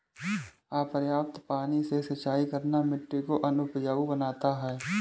अपर्याप्त पानी से सिंचाई करना मिट्टी को अनउपजाऊ बनाता है